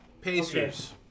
Pacers